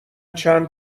چند